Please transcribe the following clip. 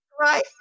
Right